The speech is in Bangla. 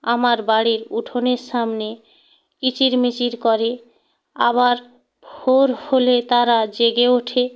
আমার বাড়ির উঠোনের সামনে কিচির মিচির করে আবার ভোর হলে তারা জেগে ওঠে